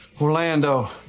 Orlando